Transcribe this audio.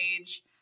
age